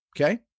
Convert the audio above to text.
Okay